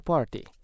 Party